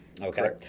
Okay